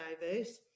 diverse